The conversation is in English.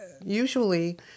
usually